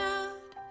out